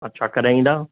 अच्छा कॾहिं ईंदा